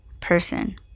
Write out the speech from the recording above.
person